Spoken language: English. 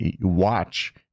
watch